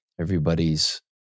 everybody's